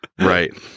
Right